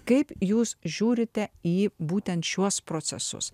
kaip jūs žiūrite į būtent šiuos procesus